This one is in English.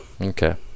okay